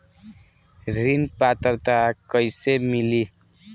ऋण पात्रता कइसे मिली?